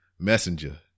Messenger